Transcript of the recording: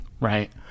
right